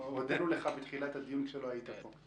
הודינו לך בתחילת הדיון, כשלא היית פה.